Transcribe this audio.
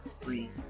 free